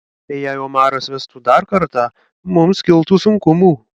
jei omaras vestų dar kartą mums kiltų sunkumų